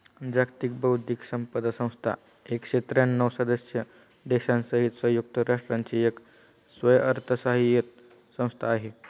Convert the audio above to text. जागतिक बौद्धिक संपदा संस्था एकशे त्र्यांणव सदस्य देशांसहित संयुक्त राष्ट्रांची एक स्वयंअर्थसहाय्यित संस्था आहे